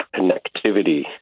connectivity